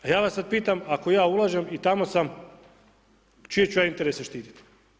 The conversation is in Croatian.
A ja vas sada pitam ako ja ulažem i tamo sam, čije ću ja interese štiti?